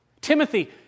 Timothy